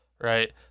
right